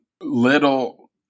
little